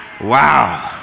Wow